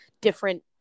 different